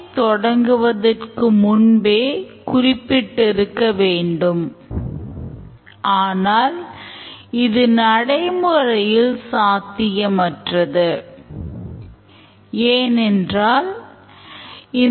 அனைத்து தேவைகளும் சேகரிக்கப்பட்டு ஆவணப்படுத்தப்பட்ட பிறகு அதில் மாற்றங்கள் செய்ய முடியாது